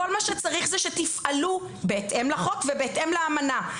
כל מה שצריך זה שתפעלו בהתאם לחוק ובהתאם לאמנה.